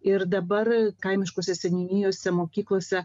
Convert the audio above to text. ir dabar kaimiškose seniūnijose mokyklose